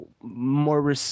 more